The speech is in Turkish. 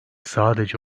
sadece